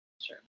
Sure